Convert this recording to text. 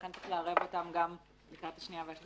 לכן צריך לערב גם אותם לקראת הקריאה השנייה והשלישית.